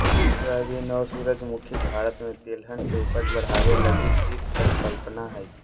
soybean और सूरजमुखी भारत में तिलहन के उपज बढ़ाबे लगी पीत संकल्पना हइ